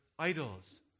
idols